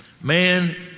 Man